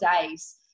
days